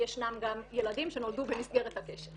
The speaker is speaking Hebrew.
כשיישנם גם ילדים שנולדו במסגרת הקשר.